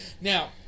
Now